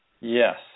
Yes